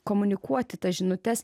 komunikuoti tas žinutes